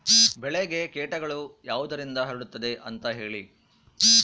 ಬೆಳೆಗೆ ಕೇಟಗಳು ಯಾವುದರಿಂದ ಹರಡುತ್ತದೆ ಅಂತಾ ಹೇಳಿ?